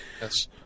Yes